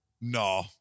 No